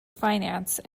finance